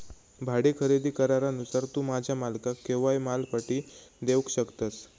भाडे खरेदी करारानुसार तू तुझ्या मालकाक केव्हाय माल पाटी देवक शकतस